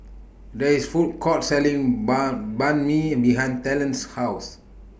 There IS Food Court Selling Banh Banh MI behind Talen's House